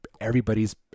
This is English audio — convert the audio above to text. everybody's